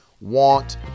want